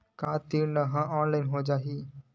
का ऋण ह ऑनलाइन हो जाही?